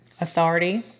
authority